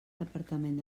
departament